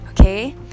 Okay